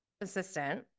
assistant